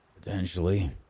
Potentially